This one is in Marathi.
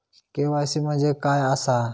के.वाय.सी म्हणजे काय आसा?